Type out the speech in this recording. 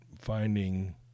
finding